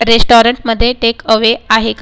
रेस्टॉरंटमध्ये टेकअवे आहे का